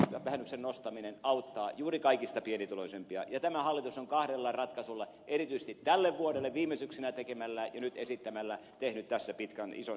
kunnallisveron perusvähennyksen nostaminen auttaa juuri kaikista pienituloisimpia ja tämä hallitus on kahdella ratkaisulla erityisesti tälle vuodelle viime syksynä tekemällään ja nyt esittämällään tehnyt tässä pitkän ison ratkaisun